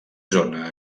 zona